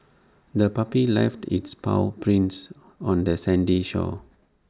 the puppy left its paw prints on the sandy shore